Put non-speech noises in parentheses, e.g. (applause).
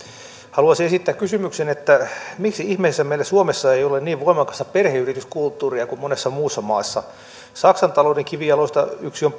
haluaisin esittää kysymyksen miksi ihmeessä meillä suomessa ei ole niin voimakasta perheyrityskulttuuria kuin monessa muussa maassa saksan talouden kivijaloista yksi on (unintelligible)